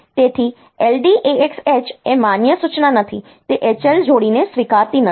તેથી LDAX H એ માન્ય સૂચના નથી તે HL જોડીને સ્વીકારતી નથી